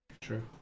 True